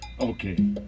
Okay